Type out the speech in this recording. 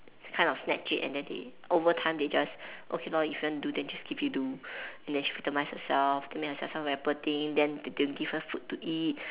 kinda of snatched it and then they overtime they just okay lor if you want to do then just give you do and then she victimise herself make herself sound very poor thing then they don't give her food to eat